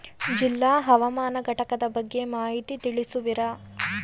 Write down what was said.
ಜಿಲ್ಲಾ ಹವಾಮಾನ ಘಟಕದ ಬಗ್ಗೆ ಮಾಹಿತಿ ತಿಳಿಸುವಿರಾ?